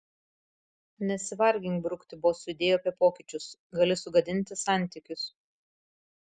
nesivargink brukti bosui idėjų apie pokyčius gali sugadinti santykius